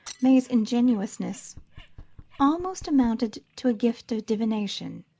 may's ingenuousness almost amounted to a gift of divination.